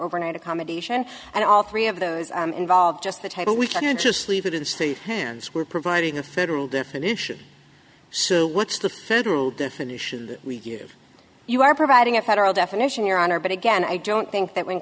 overnight accommodation and all three of those involved just the title we can just leave it in the state hands we're providing a federal definition so what's the federal definition that we give you are providing a federal definition your honor but again i don't think that when